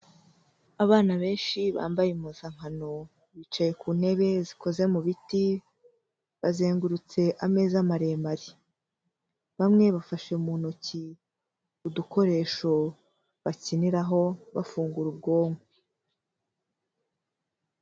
Abana benshi bambaye impuzankano bicaye ku ntebe zikoze mu biti bazengurutse ameza maremare, bamwe bafashe mu ntoki udukoresho bakiniraho bafungura ubwonko.